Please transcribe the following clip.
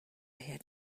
had